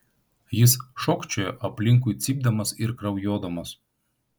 jis šokčiojo aplinkui cypdamas ir kraujuodamas